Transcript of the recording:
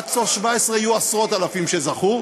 עד סוף 2017 יהיו עשרות-אלפים שזכו,